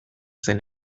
zen